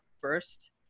first